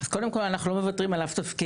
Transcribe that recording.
אז קודם כל אנחנו לא מוותרים על אף תפקיד,